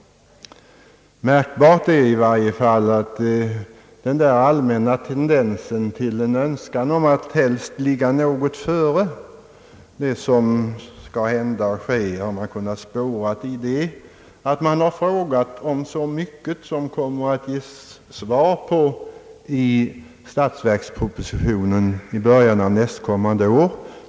Märkbar är i varje fall den allmänna tendensen i en önskan att ligga något före det som skall hända och ske. Det har man kunnat spåra i oppositionens frågor om så mycket som kommer att ges svar på i statsverkspropositionen i början av nästkommande år.